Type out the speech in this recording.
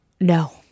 No